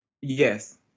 Yes